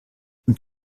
und